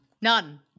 None